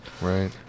Right